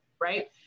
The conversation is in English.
Right